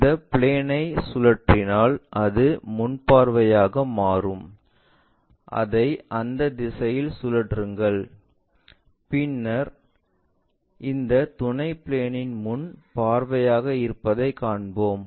இந்த பிளேன் ஐ சுழற்றினால் அது முன் பார்வையாக மாறும் அதை அந்த திசையில் சுழற்றுங்கள் பின்னர் இந்த துணை பிளேன்இன் முன் பார்வையாக இருப்பதைக் காண்போம்